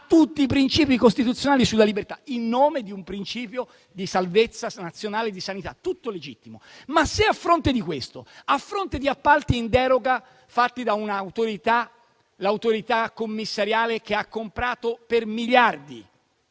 tutti i principi costituzionali sulla libertà in nome di un principio di salvezza nazionale e di sanità. Tutto legittimo. Ma, se a fronte di questo, a fronte di appalti in deroga fatti da un'autorità commissariale che ha comprato per miliardi,